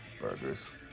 Burgers